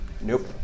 Nope